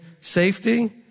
safety